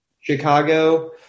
Chicago